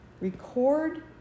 record